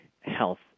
health